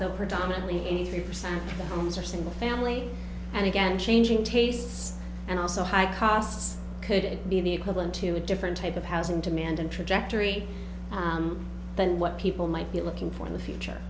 though predominantly eighty three percent homes are single family and again changing tastes and also high costs could be the equivalent to a different type of housing demand introject or e than what people might be looking for in the future